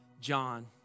John